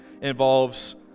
involves